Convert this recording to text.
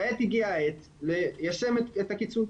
כעת הגיעה העת ליישם את הקיצוץ.